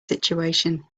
situation